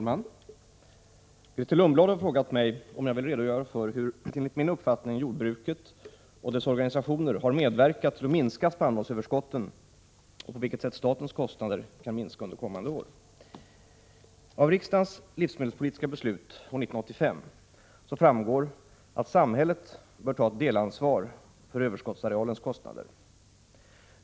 Herr talman! Grethe Lundblad har frågat mig om jag vill redogöra för hur, enligt min uppfattning, jordbruket och dess organisationer har medverkat till att minska spannmålsöverskotten och på vilket sätt statens kostnader kan minska under kommande år. Av riksdagens livsmedelspolitiska beslut år 1985 framgår att samhället bör ta ett delansvar för överskottsarealens kostnader.